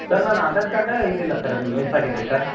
sir ನನ್ನ Aadhaar card ಇದಿಲ್ಲ sir ಅದು ಮಿಸ್ ಆಗಿದೆ ಸರ್